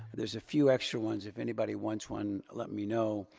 there's a few extra ones if anybody wants one, let me know.